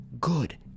good